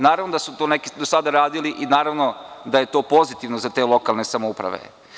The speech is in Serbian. Naravno, da su to neki do sada radili i naravno da je to pozitivno za te lokalne samouprave.